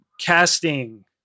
Casting